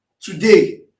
Today